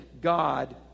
God